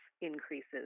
increases